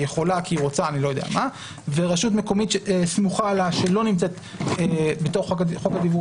יכולה וכי היא רוצה ורשות מקומית סמוכה לה לא נמצאת בתוך חוק הדיוור